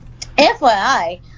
FYI